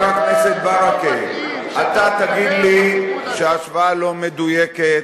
אתה תגיד לי שההשוואה לא מדויקת,